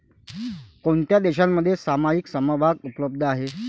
कोणत्या देशांमध्ये सामायिक समभाग उपलब्ध आहेत?